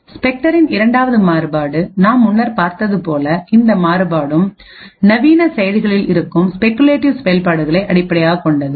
ஸ்பெக்டரின் இரண்டாவது மாறுபாடு நாம் முன்னர் பார்த்தது போல இந்த மாறுபாடும் நவீன செயலிகளில் இருக்கும் ஸ்பெகுலேட்டிவ் செயல்பாடுகளை அடிப்படையாகக் கொண்டது